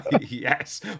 Yes